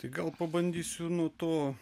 tai gal pabandysiu nu to